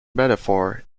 metaphor